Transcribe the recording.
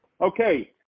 Okay